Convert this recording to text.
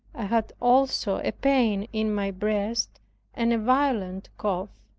i had also a pain in my breast and a violent cough.